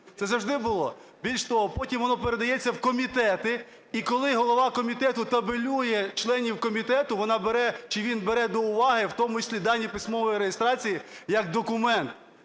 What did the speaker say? Це завжди було. Більш того, потім воно передається в комітети, і коли голова комітету табелює членів комітету, вона бере чи він бере до уваги в тому числі дані письмової реєстрації як документ,